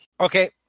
okay